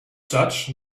judge